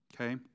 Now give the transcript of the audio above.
Okay